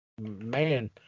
man